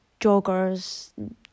joggers